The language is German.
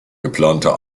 geplante